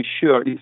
sure